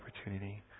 opportunity